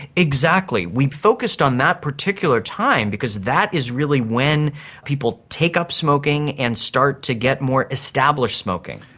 exactly, we'd focused on that particular time because that is really when people take up smoking and start to get more established smoking.